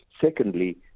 Secondly